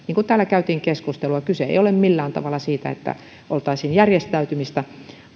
niin kuin täällä käytiin keskustelua kyse ei ole millään tavalla siitä että oltaisiin järjestäytymistä